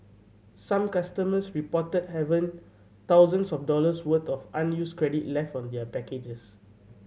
some customers reported have an thousands of dollars worth of unused credit left on their packages